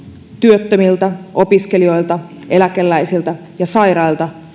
työttömiltä opiskelijoilta eläkeläisiltä ja sairailta